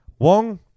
Wong